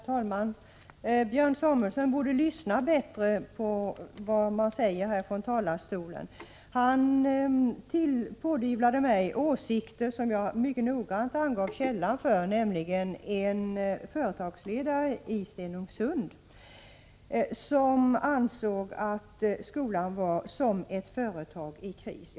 Herr talman! Björn Samuelson borde lyssna bättre på vad som sägs från talarstolen. Han pådyvlade mig åsikter som jag mycket noggrant angav källan för, nämligen en företagsledare i Stenungsund; denne ansåg att skolan var som ett företag i kris.